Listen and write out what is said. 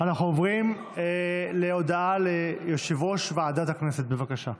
אנחנו עוברים להודעת יושב-ראש ועדת הכנסת, בבקשה.